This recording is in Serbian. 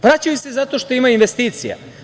Vraćaju se zato što ima investicija.